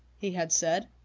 he had said.